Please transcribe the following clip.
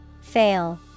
fail